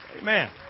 Amen